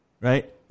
right